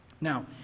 Now